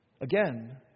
Again